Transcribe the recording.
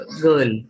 girl